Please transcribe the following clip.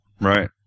Right